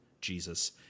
Jesus